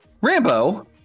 Rambo